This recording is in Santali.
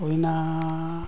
ᱦᱩᱭᱮᱱᱟᱻ